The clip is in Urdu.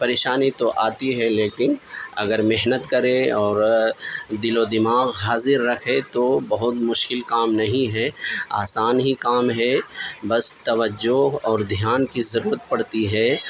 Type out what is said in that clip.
پریشانی تو آتی ہے لیکن اگر محنت کریں اور دل و دماغ حاضر رکھے تو بہت مشکل کام نہیں ہے آسان ہی کام ہے بس توجہ اور دھیان کی ضرورت پڑتی ہے